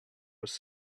was